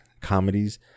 comedies